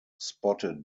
spotted